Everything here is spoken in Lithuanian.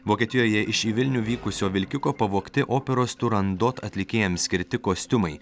vokietijoje iš į vilnių vykusio vilkiko pavogti operos turandot atlikėjams skirti kostiumai